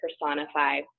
personify